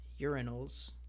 urinals